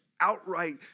outright